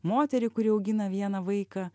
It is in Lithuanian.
moterį kuri augina vieną vaiką